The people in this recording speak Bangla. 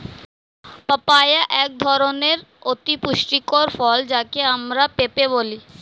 পাপায়া এক ধরনের অতি পুষ্টিকর ফল যাকে আমরা পেঁপে বলি